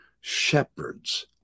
shepherds